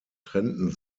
trennten